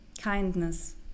kindness